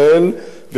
לכן יש לנו היום,